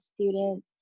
Students